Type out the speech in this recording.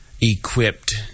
equipped